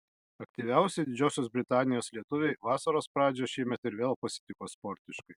aktyviausi didžiosios britanijos lietuviai vasaros pradžią šiemet ir vėl pasitiko sportiškai